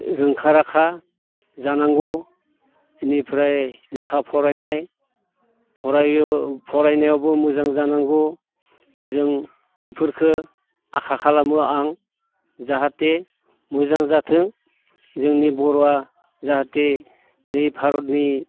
रोंखा राखा जानांगौ इनिफ्राय लेखा फरायनाय फरायो फरायनायावबो मोजां जानांगौ जों इफोरखो आखा खालामो आं जाहाथे मोजां जाथों जोंनि बर'आ जाहाथे नै भारतनि